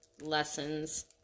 lessons